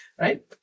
Right